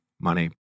money